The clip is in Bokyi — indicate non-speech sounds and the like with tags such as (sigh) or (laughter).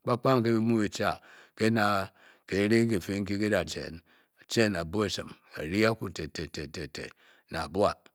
Kpǎ Kpǎ nkê byi mu bí taĉan ké ná keh re gi-fě nkí gí dǎ tcen a tcen â-bu ̂a ésìm a rě akwu tè tè tè tè (unintelligible)